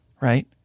right